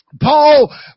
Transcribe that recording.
Paul